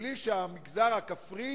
בלי שהמגזר הכפרי